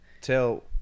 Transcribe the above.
tell